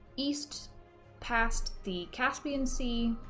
east past the caspian sea